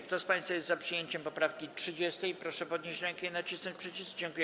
Kto z państwa jest za przyjęciem poprawki 31., proszę podnieść rękę i nacisnąć przycisk.